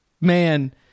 Man